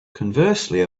conversely